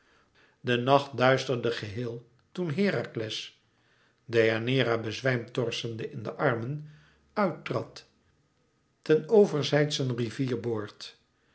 de nacht duisterde geheel toen herakles deianeira bezwijmd torsende in de armen uit trad ten overzijdschen